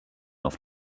auf